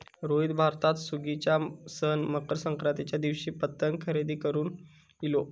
रोहित भारतात सुगीच्या सण मकर संक्रांतीच्या दिवशी पतंग खरेदी करून इलो